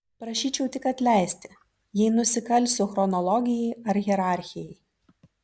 prašyčiau tik atleisti jei nusikalsiu chronologijai ar hierarchijai